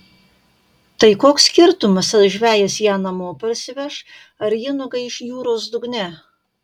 tai koks skirtumas ar žvejas ją namo parsiveš ar ji nugaiš jūros dugne